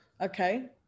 okay